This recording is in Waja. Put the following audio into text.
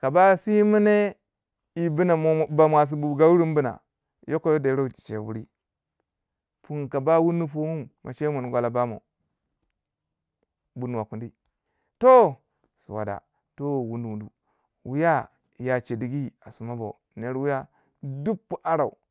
ka ba si mineh yi bina ba mwausi be gaurin dina yoko yi deriu yirti chewri, pun ka ba wuni pongu mo che mun gwala bamo bu nuwa kuni, toh suwa da towi wunu wunu, wiya yi ya chedgi a sima bo nur wiya duk pu arau.